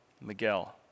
Miguel